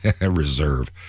reserve